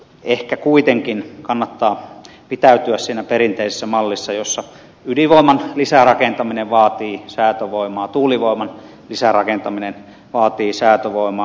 ehkä kuitenkin kannattaa pitäytyä siinä perinteisessä mallissa jossa ydinvoiman lisärakentaminen vaatii säätövoimaa tuulivoiman lisärakentaminen vaatii säätövoimaa